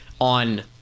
on